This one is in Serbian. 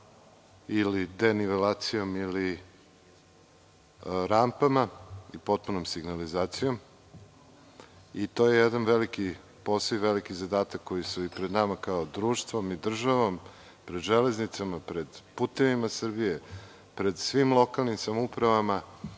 ili denivelacijom ili rampama, potpunom signalizacijom i to jedan veliki posao, veliki zadatak koji je pred nama kao društvom i državom, pred „Železnicama“, pred „Putevima Srbije“, pred svim lokalnim samoupravama,